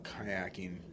kayaking